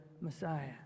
Messiah